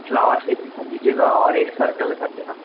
flower shape की कर दीजिएगा और एक सरकल का कर देना